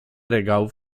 regałów